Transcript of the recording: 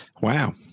Wow